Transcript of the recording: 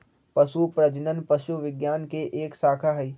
पशु प्रजनन पशु विज्ञान के एक शाखा हई